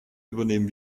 übernehmen